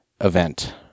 event